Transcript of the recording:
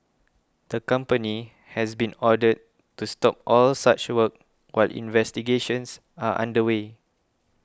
the company has been ordered to stop all such work while investigations are under way